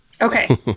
Okay